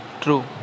true